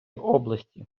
області